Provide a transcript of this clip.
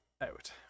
out